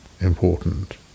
important